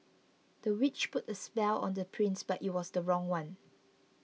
the witch put a spell on the prince but it was the wrong one